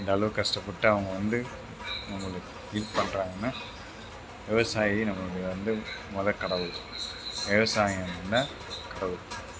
இந்தளவுக்கு கஷ்டப்பட்டு அவங்க வந்து நமக்கு இது பண்ணுறாங்கனா விவசாயி நம்மளுக்கு வந்து மொதல் கடவுள் விவசாயம் தான் கடவுள்